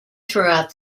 throughout